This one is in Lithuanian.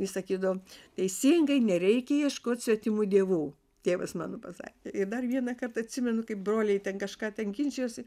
jis sakydavo teisingai nereikia ieškot svetimų dievų tėvas mano pasakė ir dar vieną kartą atsimenu kaip broliai ten kažką ten ginčijosi